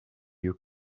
you